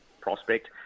prospect